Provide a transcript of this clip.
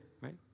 right